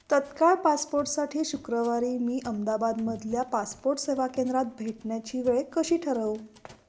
तात्काळ पासपोर्टसाठी शुक्रवारी मी अमदाबादमधल्या पासपोर्ट सेवा केंद्रात भेटण्याची वेळ कशी ठरवू